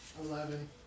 Eleven